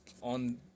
on